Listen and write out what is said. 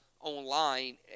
online